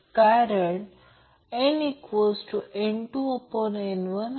5Ω resistor असलेली coil 50 microfarad कॅपेसिटरसह सीरिजमध्ये जोडलेली आहे